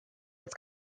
was